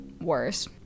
worse